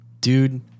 dude